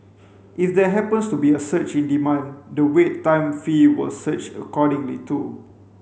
if there happens to be a surge in demand the Wait Time fee will surge accordingly too